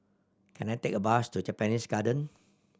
can I take a bus to Japanese Garden